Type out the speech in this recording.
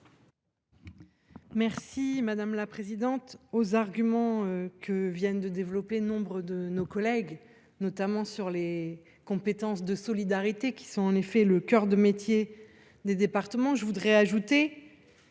explication de vote. Aux arguments que viennent de développer nombre de mes collègues, notamment sur les compétences de solidarité – qui sont, en effet, le cœur de métier des départements –, je souhaite